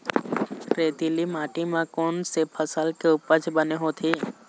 रेतीली माटी म कोन से फसल के उपज बने होथे?